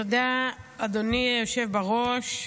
תודה, אדוני היושב בראש.